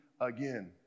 again